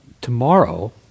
tomorrow